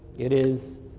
it is